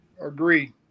agree